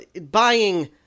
buying